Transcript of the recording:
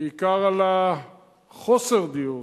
בעיקר על חוסר הדיור.